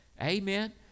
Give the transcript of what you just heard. Amen